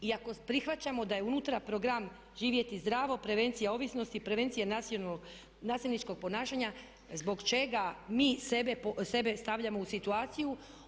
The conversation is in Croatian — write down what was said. I ako prihvaćamo da je unutra Program "Živjeti zdravo", "Prevencija ovisnosti" i "Prevencija nasilničkog ponašanja" zbog čega mi sebe stavljamo u situaciju.